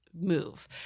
move